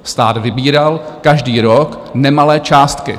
Stát vybíral každý rok nemalé částky.